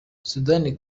sudani